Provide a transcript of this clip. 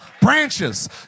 branches